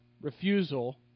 Refusal